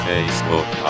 Facebook